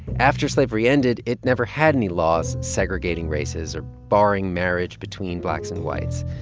after slavery ended, it never had any laws segregating races or barring marriage between blacks and whites.